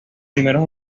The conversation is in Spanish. primeros